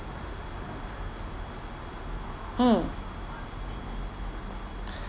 mm